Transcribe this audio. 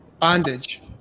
bondage